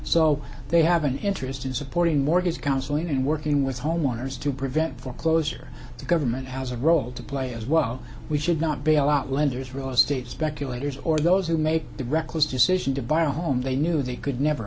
so they have an interest in supporting mortgage counseling and working with homeowners to prevent foreclosure the government has a role to play as well we should not be a lot lenders real estate speculators or those who make the reckless decision to buy a home they knew they could never